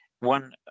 One